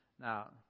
Now